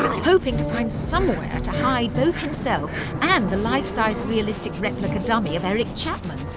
hoping to find somewhere to hide both himself and the life-size realistic replica dummy of eric chapman.